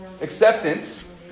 Acceptance